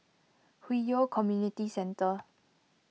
Hwi Yoh Community Centre